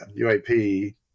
UAP